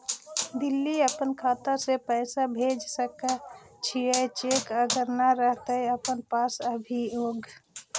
हमर खाता से दिल्ली पैसा भेज सकै छियै चेक अगर नय रहतै अपना पास अभियोग?